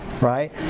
right